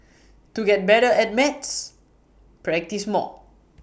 to get better at maths practise more